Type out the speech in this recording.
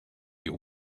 you